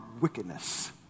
wickedness